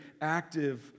active